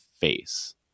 face